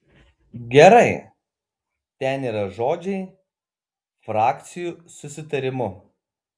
gerai ten yra žodžiai frakcijų susitarimu